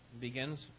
begins